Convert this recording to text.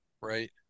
right